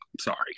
Sorry